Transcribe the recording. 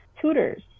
tutors